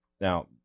Now